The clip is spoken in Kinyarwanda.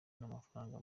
n’amafaranga